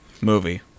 Movie